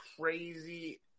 crazy